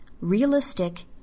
realistic